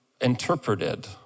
interpreted